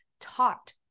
taught